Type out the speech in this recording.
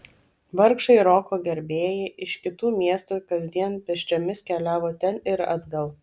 vargšai roko gerbėjai iš kitų miestų kasdien pėsčiomis keliavo ten ir atgal